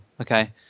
Okay